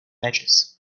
edges